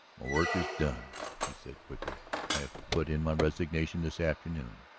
my work is done, he said quickly. i have put in my resignation this afternoon.